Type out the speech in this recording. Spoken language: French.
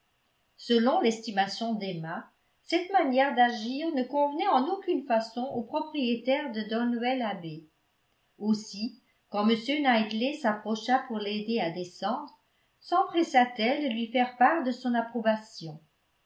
selon l'estimation d'emma cette manière d'agir ne convenait en aucune façon au propriétaire de donwell abbey aussi quand m knightley s'approcha pour l'aider à descendre sempressa t elle de lui faire part de son approbation